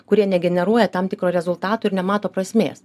kurie negeneruoja tam tikro rezultato ir nemato prasmės